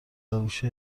هوش